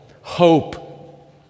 hope